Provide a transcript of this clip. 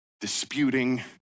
disputing